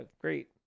great